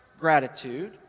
gratitude